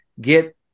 get